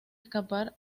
escapar